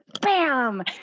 bam